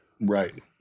right